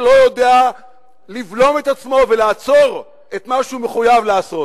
שלא יודע לבלום את עצמו ולעצור את מה שהוא מחויב לעשות.